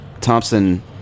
Thompson